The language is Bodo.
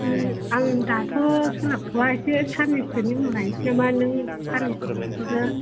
आं दाथ' सोलाबथ'आ एसे साननैसोनि उनाव नायनोसै नामा नों साननैसो नेथ'दो